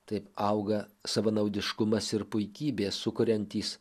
taip auga savanaudiškumas ir puikybė sukuriantys